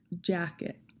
Jacket